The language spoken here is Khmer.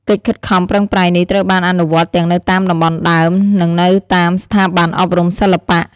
កិច្ចខិតខំប្រឹងប្រែងនេះ ត្រូវបានអនុវត្តទាំងនៅតាមតំបន់ដើម និងនៅតាមស្ថាប័នអប់រំសិល្បៈ។